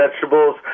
vegetables